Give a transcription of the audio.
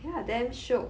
ya damn shiok